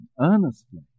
earnestly